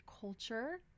culture